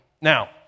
Now